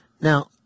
Now